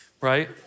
right